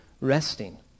resting